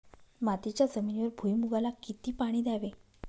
मातीच्या जमिनीवर भुईमूगाला किती पाणी द्यावे?